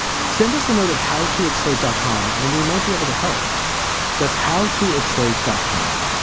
send us a note at how to add slate dot com and we might be able to help that's how to its slate dot com